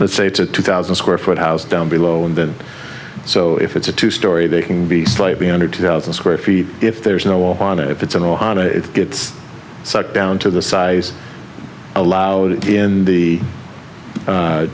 it's a two thousand square foot house down below and and so if it's a two story they can be slightly under two thousand square feet if there's no on it if it's in the hot it gets sucked down to the size allowed in the